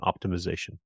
optimization